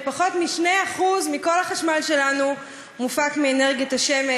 ופחות מ-2% מכל החשמל שלנו מופק מאנרגיית השמש,